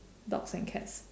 dogs and cats